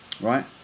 right